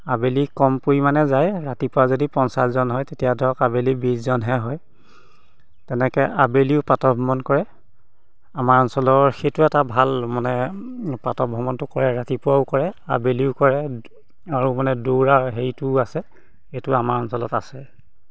আবেলি কম পৰিমাণে যায় ৰাতিপুৱা যদি পঞ্চাছজন হয় তেতিয়া ধৰক আবেলি বিছজনহে হয় তেনেকৈ আবেলিও প্ৰাতঃ ভ্ৰমণ কৰে আমাৰ অঞ্চলৰ সেইটো এটা ভাল মানে প্ৰাতঃ ভ্ৰমণটো কৰে ৰাতিপুৱাও কৰে আবেলিও কৰে আৰু মানে দৌৰা হেৰিটোও আছে এইটো আমাৰ অঞ্চলত আছে